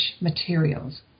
materials